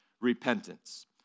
repentance